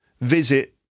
visit